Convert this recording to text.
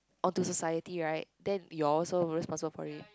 onto society right then you're also responsible for him